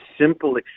simple